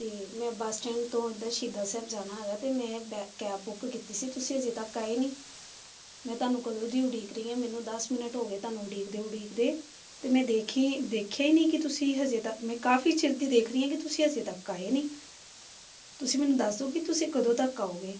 ਅਤੇ ਮੈਂ bus stand ਤੋਂ ਇੱਦਾਂ ਸ਼ਹੀਦਾਂ ਸਾਹਿਬ ਜਾਣਾ ਹੈਗਾ ਅਤੇ ਮੈਂ ਬੈ ਕੈਬ ਬੁੱਕ ਕੀਤੀ ਸੀ ਤੁਸੀਂ ਅਜੇ ਤੱਕ ਆਏ ਨਹੀਂ ਮੈਂ ਤੁਹਾਨੂੰ ਕਦੋਂ ਦੀ ਉਡੀਕ ਰਹੀ ਹਾਂ ਮੈਨੂੰ ਦਸ ਮਿਨਟ ਹੋ ਗਏ ਤੁਹਾਨੂੰ ਉਡੀਕਦੇ ਉਡੀਕਦੇ ਅਤੇ ਮੈਂ ਦੇਖੀ ਦੇਖੇ ਹੀ ਨਹੀਂ ਕਿ ਤੁਸੀਂ ਹਜੇ ਤੱਕ ਮੈਂ ਕਾਫੀ ਚਿਰ ਦੀ ਦੇਖ ਰਹੀ ਕਿ ਤੁਸੀਂ ਅਸੀਂ ਤੱਕ ਆਏ ਨਹੀਂ ਤੁਸੀਂ ਮੈਨੂੰ ਦੱਸ ਦਿਉ ਕਿ ਤੁਸੀਂ ਕਦੋਂ ਤੱਕ ਆਓਗੇ